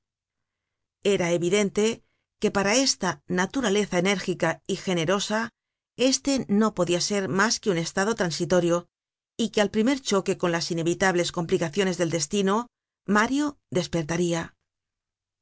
era evidente que para esta naturaleza enérgica y generosa este no podia ser mas que un estado transitorio y que al primer choque con las inevitables complicaciones del destino mario despertaria